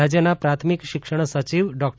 રાજ્યના પ્રાથમિક શિક્ષણ સચિવ ર્ડા